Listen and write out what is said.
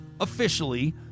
officially